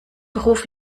beruf